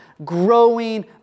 growing